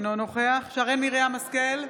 אינו נוכח שרן מרים השכל,